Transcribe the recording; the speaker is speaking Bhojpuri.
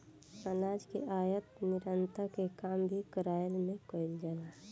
अनाज के आयत निर्यात के काम भी एकरा में कईल जाला